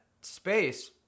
space